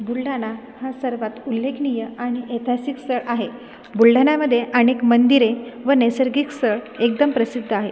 बुलढाणा हा सर्वात उल्लेखनीय आणि ऐतिहासिक स्थळ आहे बुलढाण्यामध्ये अनेक मंदिरे व नैसर्गिक स्थळ एकदम प्रसिद्ध आहे